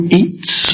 eats